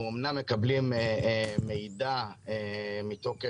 אנחנו אומנם מקבלים מידע מתוקף